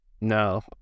No